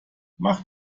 mach